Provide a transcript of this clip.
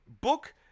book